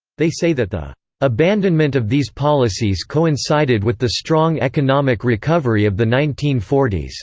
they say that the abandonment of these policies coincided with the strong economic recovery of the nineteen forty s.